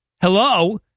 Hello